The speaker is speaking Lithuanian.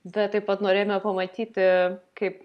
bet taip pat norėjome pamatyti kaip